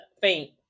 faint